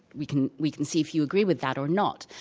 we can we can see if you agree with that or not.